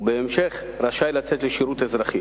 ובהמשך רשאי לצאת לשירות אזרחי.